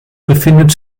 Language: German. befindet